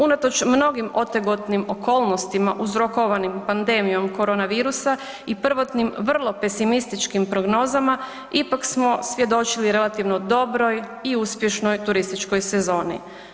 Unatoč mnogih otegotnim okolnostima uzrokovanim pandemijom koronavirusa i prvotnim vrlo pesimističkim prognozama, ipak smo svjedočili relativno dobroj i uspješnoj turističkoj sezoni.